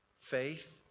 Faith